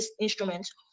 instruments